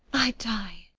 i die.